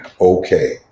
okay